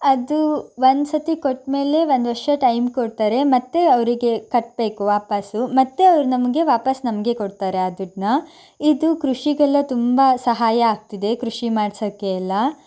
ಅದು ಒಂದ್ಸತಿ ಕೊಟ್ಟಮೇಲೆ ಒಂದು ವರ್ಷ ಟೈಮ್ ಕೊಡ್ತಾರೆ ಮತ್ತೆ ಅವರಿಗೆ ಕಟ್ಟಬೇಕು ವಾಪಸ್ಸು ಮತ್ತೆ ಅವರು ನಮಗೆ ವಾಪಸ್ಸು ನಮಗೆ ಕೊಡ್ತಾರೆ ಆ ದುಡ್ಡನ್ನ ಇದು ಕೃಷಿಗೆಲ್ಲ ತುಂಬ ಸಹಾಯ ಆಗ್ತಿದೆ ಕೃಷಿ ಮಾಡ್ಸೋಕ್ಕೆ ಎಲ್ಲ